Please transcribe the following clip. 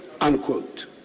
unquote